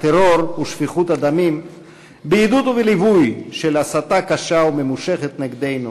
הטרור ושפיכות הדמים בעידוד ובליבוי של הסתה קשה וממושכת נגדנו,